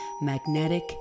Magnetic